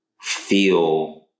feel